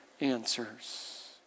answers